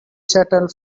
settled